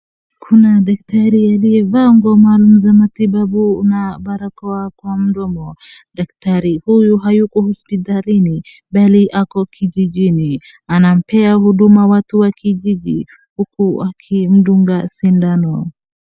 Kuna daktari aliyavaa nguo maalum za matibabu na barakoa kwa mdomo. Daktari huyu hayuko hospitalini bali ako kijijini anampea huduma watu wa kijiji huku akimdunga sindano.